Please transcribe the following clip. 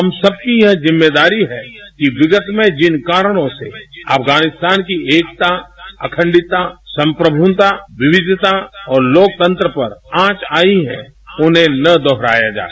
हम सबकी यह जिम्मेदारी है कि विगत में जिन कारणों से अफगानिस्तान की एकताए अखंडताए संप्रभुताए विविधता और लोकतंत्र पर आंच आई है उन्हें न दोहराया जाए